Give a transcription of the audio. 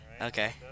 Okay